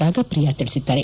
ರಾಗಪ್ರಿಯಾ ತಿಳಿಸಿದ್ದಾರೆ